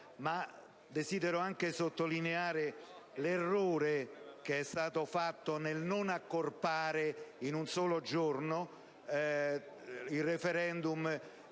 ma desidero anche sottolineare l'errore che è stato fatto nel non accorpare in un solo giorno il *referendum*